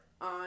on